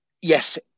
yes